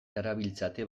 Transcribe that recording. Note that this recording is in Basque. darabiltzate